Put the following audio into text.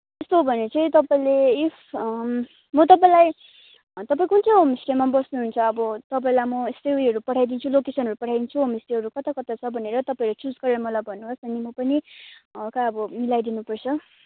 त्यस्तो भने चाहिँ तपाईँले इफ म तपाईँलाई तपाईँ कुन चाहिँ होमस्टेमा बस्नुहुन्छ अब तपाईँलाई म यस्तो ऊ योहरू पठाइदिन्छु लोकेसनहरू पठाइदिन्छु होमस्टेहरू कता कता छ भनेर तपाईँहरू चुज गरेर मलाई भन्नुहोस् अनि म पनि हलका अब मिलाइदिनुपर्छ